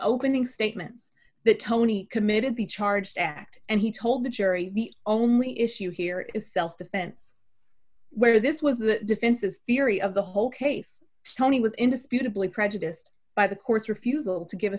opening statements that tony committed the charged act and he told the jury the only issue here is self defense where this was the defense's theory of the whole case tony was indisputably prejudiced by the court's refusal to give a